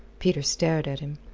peter stared at him.